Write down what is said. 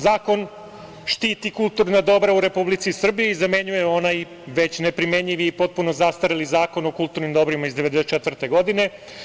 Zakon štiti kulturna dobra u Republici Srbiji i zamenjuje onaj već neprimenjivi i potpuno zastareli Zakon o kulturnim dobrima iz 1994. godine.